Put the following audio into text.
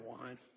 wine